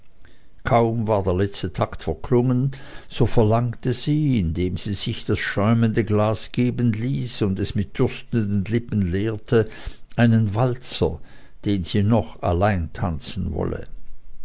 kaum war der letzte takt verklungen so verlangte sie indem sie sich das schäumende glas geben ließ und es mit dürstenden lippen leerte einen walzer den sie noch allein tanzen wolle